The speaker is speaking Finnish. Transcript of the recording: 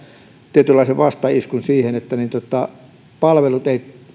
tietynlaisen vastaiskun siihen että palvelut